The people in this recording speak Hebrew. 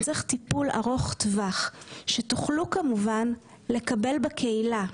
צריך טיפול ארוך טווח שתוכלו כמובן לקבל בקהילה,